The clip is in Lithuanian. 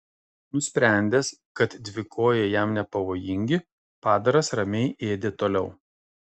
nusprendęs kad dvikojai jam nepavojingi padaras ramiai ėdė toliau